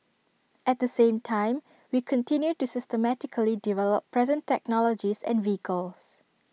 at the same time we continue to systematically develop present technologies and vehicles